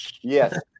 Yes